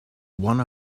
one